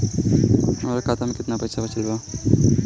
हमरा खाता मे केतना पईसा बचल बा?